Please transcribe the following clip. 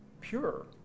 Pure